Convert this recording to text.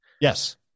Yes